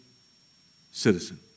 citizen